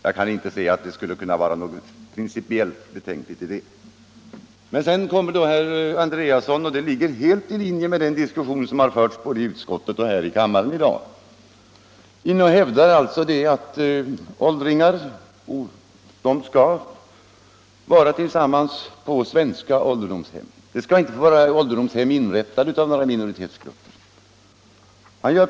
Jag kan inte finna att det kan vara något principiellt betänkligt i det. Sedan hävdade herr Andréasson — och det ligger helt i linje med den diskussion som förts både i utskottet och här i kammaren i dag — att åldringar skall vara tillsammans på våra svenska ålderdomshem, och det skall inte finnas några ålderdomshem inrättade för några minoritetsgrup 41 per.